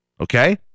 okay